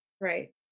Right